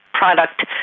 product